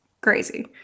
crazy